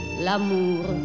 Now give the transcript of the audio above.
L'amour